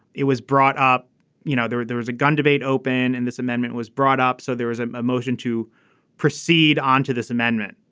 it was brought up you know there. there was a gun debate open and this amendment was brought up so there was ah a motion to proceed onto this amendment.